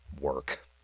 work